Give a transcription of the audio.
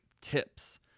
tips